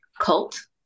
cult